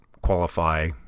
qualify